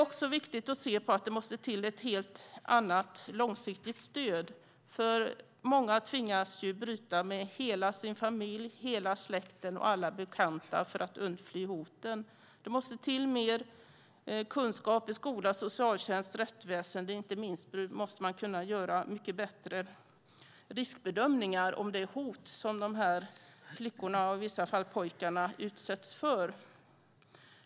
Det måste till ett helt annat långsiktigt stöd, för många tvingas bryta med hela sin familj, hela släkten och alla bekanta för att undfly hoten. Det måste till mer kunskap i skola, socialtjänst, rättsväsen, och inte minst måste man kunna göra mycket bättre riskbedömningar av de hot som de här flickorna, och i vissa fall pojkarna, utsätts för.